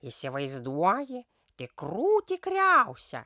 įsivaizduoji tikrų tikriausią